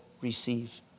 receive